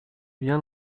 bien